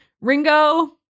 Ringo